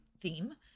theme